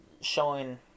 showing